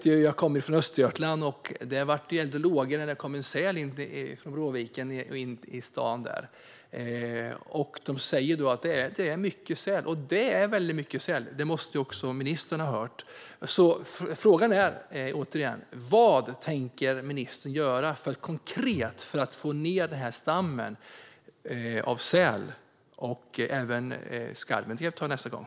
Jag kommer från Östergötland, och där blev folk eld och lågor när det kom en säl från Bråviken och in i stan. Det finns väldigt mycket säl - det måste också ministern ha hört. Frågan är, återigen: Vad tänker ministern konkret göra för att få ned stammen av säl? Jag vill även fråga samma sak om skarven, men det tar jag nästa gång.